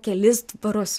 kelis dvarus